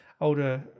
older